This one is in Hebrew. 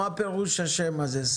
מה פירוש השם הזה?